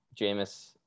Jameis